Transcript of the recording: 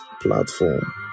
platform